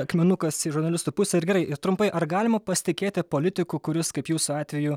akmenukas į žurnalistų pusę ir gerai ir trumpai ar galima pasitikėti politiku kuris kaip jūsų atveju